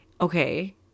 okay